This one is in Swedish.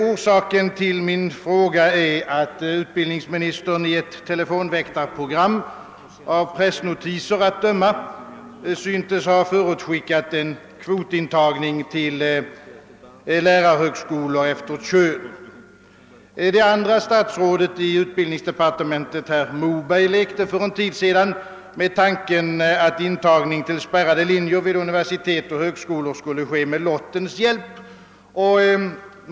Orsaken till min fråga är, att utbildningsministern i ett telefonväktarprogram av pressnotiser att döma synes ha förutskickat en kvotintagning till lärarhögskolor efter kön. Det andra statsrådet i utbildningsdepartementet, herr Moberg, lekte för en tid sedan med tanken att intagning till spärrade linjer vid universitet och högskolor skulle ske med lottens hjälp.